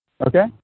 Okay